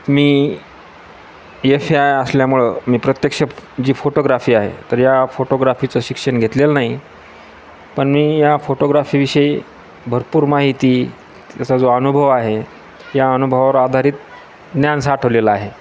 मी यफ आय असल्यामुळं मी प्रत्यक्ष जी फोटोग्राफी आहे तर या फोटोग्राफीचं शिक्षण घेतलेलं नाही पण मी या फोटोग्राफीविषयी भरपूर माहिती त्याचा जो अनुभव आहे या अनुभवावर आधारित ज्ञान साठवलेला आहे